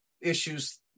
issues